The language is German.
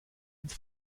ins